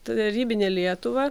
tarybinė lietuva